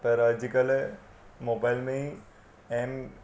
पर अॼुकल्ह मोबाइल में एम